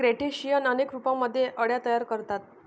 crustacean अनेक रूपांमध्ये अळ्या तयार करतात